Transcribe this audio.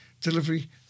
delivery